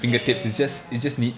ya ya ya ya ya